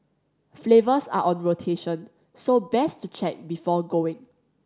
flavours are on rotation so best to check before going